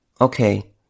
Okay